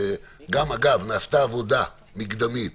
אגב, גם נעשתה עבודה מקדמית